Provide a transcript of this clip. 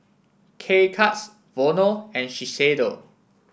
K Cuts Vono and Shiseido